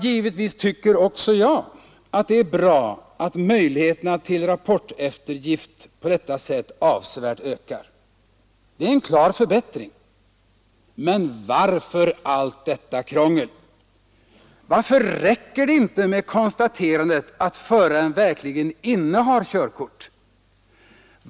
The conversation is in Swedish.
Givetvis tycker också jag att det är bra att möjligheterna till rapporteftergift på detta sätt avsevärt ökar. Det är en klar förbättring. Men varför allt detta krångel? Varför räcker det inte med konstaterandet att föraren verkligen innehar körkort?